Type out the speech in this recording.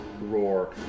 roar